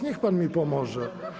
Niech pan mi pomoże.